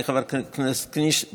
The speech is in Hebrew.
כי חבר הכנסת קיש,